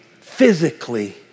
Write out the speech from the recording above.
physically